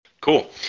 Cool